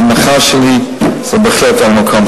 המחאה שלי היא בהחלט במקום.